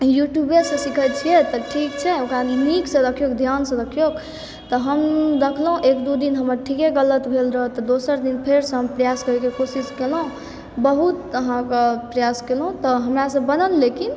यूट्यूबेसँ सीखै छियै तऽ ठीक छै ओकरा नीकसँ देखियौ ध्यानसँ देखियौ तऽ हम देखलहुँ एक दू दिन हमरा ठीके गलत भेल रहै तऽ दोसर दिन हम फेरसँ प्रयास करैके कोशिश कयलहुँ बहुत अहाँके प्रयास कयलहुँ तऽ हमरासँ बनल लेकिन